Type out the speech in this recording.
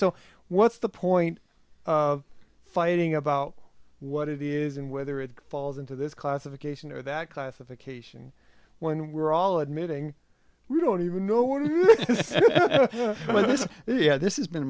so what's the point of fighting about what it is and whether it falls into this classification or that classification when we're all admitting we don't even know what it was yeah this is been